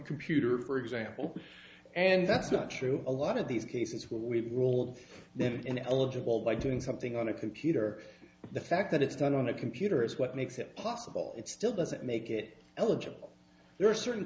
computer for example and that's not true a lot of these cases where we've rolled that ineligible like doing something on a computer the fact that it's done on a computer is what makes it possible it still doesn't make it eligible there are certain